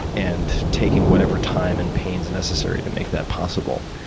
and taking whatever time and pains necessary to make that possible.